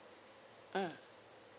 mm